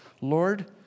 Lord